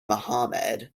muhammad